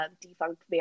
defunct